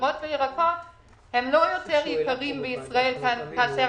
פירות וירקות לא יותר יקרים בישראל כאשר